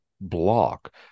block